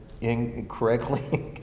incorrectly